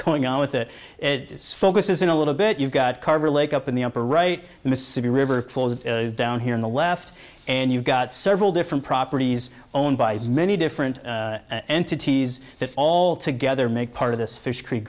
going on with it focuses in a little bit you've got carver lake up in the upper right the mississippi river flows down here on the left and you've got several different properties owned by many different entities that all together make part of this fish creek